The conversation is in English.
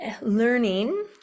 learning